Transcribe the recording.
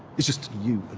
it's just you